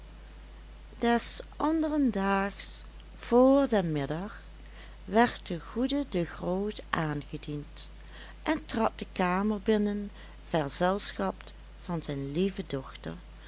des anderen daags vr den middag werd de goede de groot aangediend en trad de kamer binnen verzelschapt van zijn lieve dochter